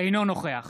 אינו נוכח